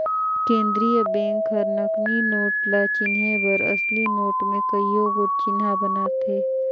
केंद्रीय बेंक हर नकली नोट ल चिनहे बर असली नोट में कइयो गोट चिन्हा बनाथे